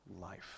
life